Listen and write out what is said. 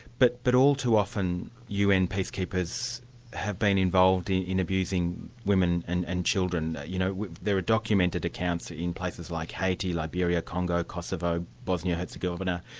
but but all too often un peacekeepers have been involved in in abusing women and and children. you know there are documented accounts in places like haiti, liberia, congo, kosovo, bosnia-herzegovina,